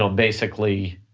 um basically,